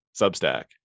Substack